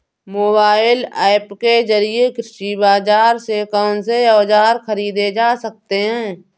Mobile app के जरिए कृषि बाजार से कौन से औजार ख़रीदे जा सकते हैं?